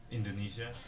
Indonesia